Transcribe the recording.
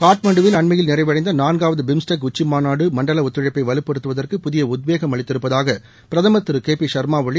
காட்மாண்டுவில் அண்மையில் நிறைவடைந்த நான்காவது பிம்ஸ்டெக் உச்சிமாநாடு மண்டல ஒத்துழைப்ப வலுப்படுத்துவதற்கு புதிய உத்வேகம் அளித்திருப்பதாக நேபாள பிரதமர் திரு கே பி ன்மா ஒளி கூறியிருக்கிறார்